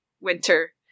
winter